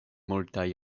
multaj